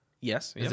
Yes